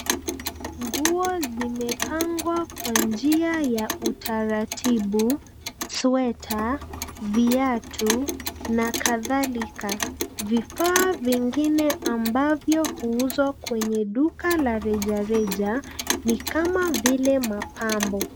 Nguo zimepangwa kwa njia ya utaratibu, sweta, viatu na kadhalika. Vifaa vingine ambazo huuzwa kwenye duka la rejareja ni kama vile mapambo.